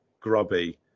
grubby